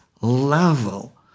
level